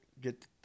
get